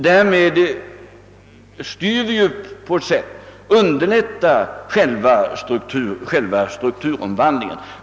Därmed underlättar vi på sätt och vis själva strukturomvandlingen.